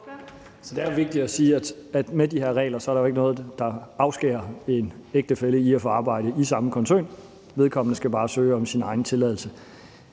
Det er jo vigtigt at sige, at med de her regler er der ikke noget, der afskærer en ægtefælle fra at få arbejde i samme koncern; vedkommende skal bare søge om sin egen tilladelse.